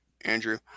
Andrew